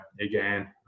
again